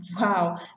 wow